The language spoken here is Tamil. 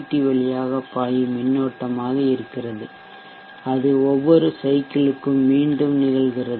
டி வழியாக பாயும் மின்னோட்டமாக இருக்கிறது அது ஒவ்வொரு சைக்கிளுக்கும் மீண்டும் நிகழ்கிறது